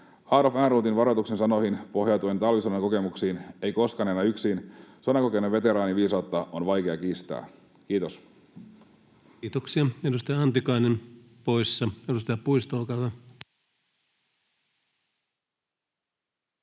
Ehrnroothin varoituksen sanoihin, pohjautuen talvisodan kokemuksiin: ”Ei koskaan enää yksin.” Sodan kokeneen veteraanin viisautta on vaikea kiistää. — Kiitos. Kiitoksia. — Edustaja Antikainen poissa. — Edustaja Puisto, olkaa hyvä.